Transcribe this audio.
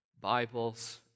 Bibles